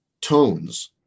tones